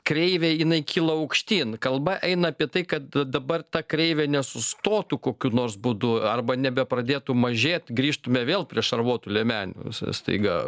kreivė jinai kyla aukštyn kalba eina apie tai kad dabar ta kreivė nesustotų kokiu nors būdu arba nebepradėtų mažėt grįžtumėme vėl prie šarvuotų liemenių staiga